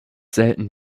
selten